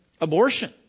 Abortion